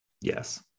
Yes